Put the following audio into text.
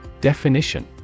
Definition